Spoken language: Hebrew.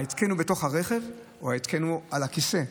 ההתקן הוא בתוך הרכב או ההתקן הוא על הכיסא?